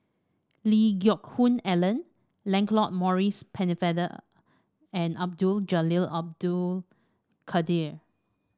Lee Geck Hoon Ellen Lancelot Maurice Pennefather and Abdul Jalil Abdul Kadir